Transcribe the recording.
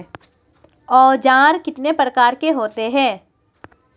औज़ार कितने प्रकार के होते हैं?